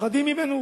פוחדים ממנו?